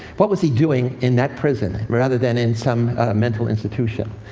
what was he doing in that prison rather than in some mental institution?